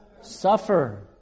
Suffer